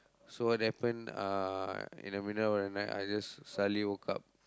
so what happen uh in the middle of the night I just suddenly woke up